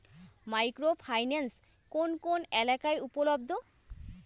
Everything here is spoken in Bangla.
মাইক্রো ফাইন্যান্স কোন কোন এলাকায় উপলব্ধ?